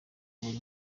buri